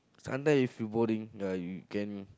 sometime if you boring yeah you can